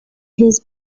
his